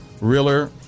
Reeler